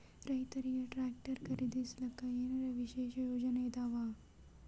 ರೈತರಿಗೆ ಟ್ರಾಕ್ಟರ್ ಖರೀದಿಸಲಿಕ್ಕ ಏನರ ವಿಶೇಷ ಯೋಜನೆ ಇದಾವ?